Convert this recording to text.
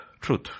truth